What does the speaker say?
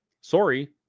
Sorry